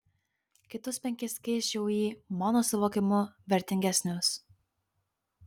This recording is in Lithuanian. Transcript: kitus penkis keisčiau į mano suvokimu vertingesnius